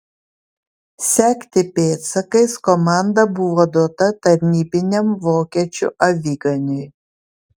sekti pėdsakais komanda buvo duota tarnybiniam vokiečių aviganiui